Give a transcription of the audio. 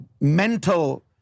mental